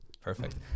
Perfect